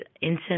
incense